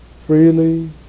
freely